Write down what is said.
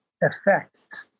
effect